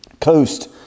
coast